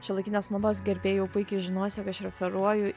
šiuolaikinės mados gerbėjai jau puikiai žinos jog aš referuoju